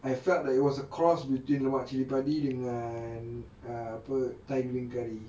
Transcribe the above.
I felt that it was a cross between lemak cili padi dengan uh apa thai green curry